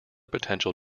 potential